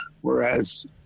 Whereas